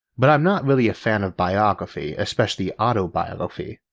but i'm not really a fan of biography, especially autobiography,